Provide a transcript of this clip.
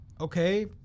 Okay